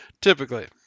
Typically